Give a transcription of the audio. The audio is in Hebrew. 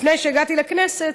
לפני שהגעתי לכנסת,